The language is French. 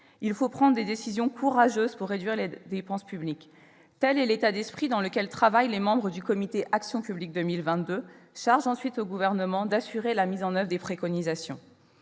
Il faut prendre des décisions courageuses pour réduire la dépense publique. Tel est l'état d'esprit dans lequel travaillent les membres du Comité Action publique 2022. À la charge du Gouvernement, ensuite, d'assurer la mise en oeuvre des préconisations.